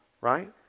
right